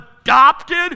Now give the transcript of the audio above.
adopted